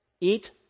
eat